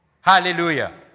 Hallelujah